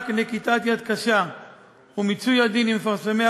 רק נקיטת יד קשה ומיצוי הדין עם מפרסמי